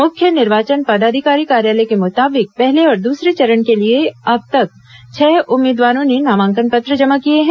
मुख्य निर्वाचन पदाधिकारी कार्यालय के मुताबिक पहले और दूसरे चरण के लिए अब तक छह उम्मीदवारों ने नामांकन पत्र जमा किए हैं